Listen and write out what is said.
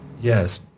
Yes